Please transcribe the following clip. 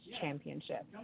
Championship